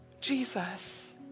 Jesus